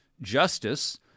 justice